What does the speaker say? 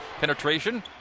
Penetration